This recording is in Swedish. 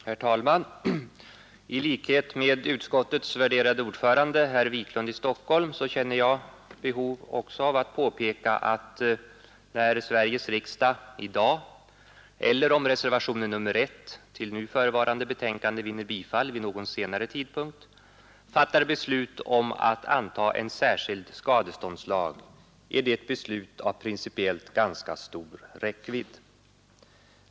Herr talman! I likhet med utskottets värderade ordförande herr Wikluna i Stockholm känner jag ett behov av att påpeka att när Sveriges riksdag i dag — eller, om reservationen 1 till förevarande betänkande vinner bifall, vid någon senare tidpunkt — fattar beslut om att anta en särskild skadeståndslag, är det ett beslut av principiellt ganska stor räckvidd.